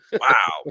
Wow